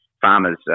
farmers